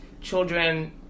children